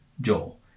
Joel